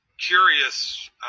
curious